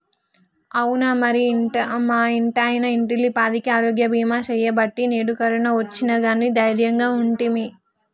అవునా మరి మా ఇంటాయన ఇంటిల్లిపాదికి ఆరోగ్య బీమా సేయబట్టి నేడు కరోనా ఒచ్చిన గానీ దైర్యంగా ఉంటిమి